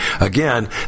again